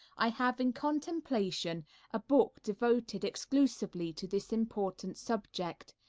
i have in contemplation a book devoted exclusively to this important subject,